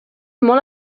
molt